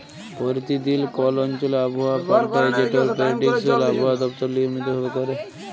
পরতিদিল কল অঞ্চলে আবহাওয়া পাল্টায় যেটর পেরডিকশল আবহাওয়া দপ্তর লিয়মিত ভাবে ক্যরে